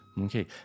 Okay